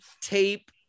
tape